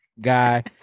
guy